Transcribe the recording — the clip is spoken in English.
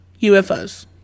UFOs